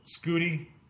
Scooty